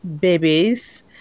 babies